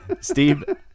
Steve